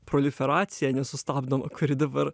proliferacija nesustabdoma kuri dabar